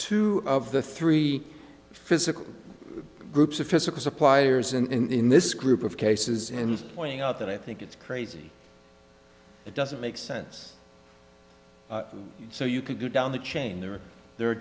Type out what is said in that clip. two of the three physical groups of physical suppliers in this group of cases and pointing out that i think it's crazy it doesn't make sense so you could go down the chain there are there